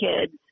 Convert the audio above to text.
kids